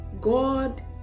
God